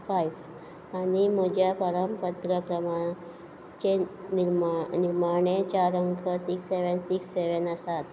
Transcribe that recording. five आनी म्हज्या पारपत्र क्रमांचे चे निमा निमाणे चार अंक सिक्स सॅवेन सिक्स सॅवेन आसात